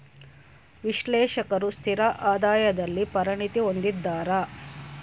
ವಿಶ್ಲೇಷಕರು ಸ್ಥಿರ ಆದಾಯದಲ್ಲಿ ಪರಿಣತಿ ಹೊಂದಿದ್ದಾರ